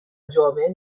جامعه